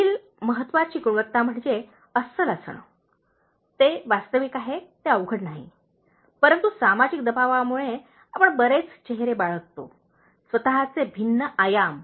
पुढील महत्त्वाची गुणवत्ता म्हणजे अस्सल असणे ते वास्तविक आहे ते अवघड नाही परंतु सामाजिक दबावामुळे आपण बरेच चेहरे बाळगतो स्वतःचे भिन्न आयाम